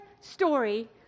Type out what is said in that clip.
story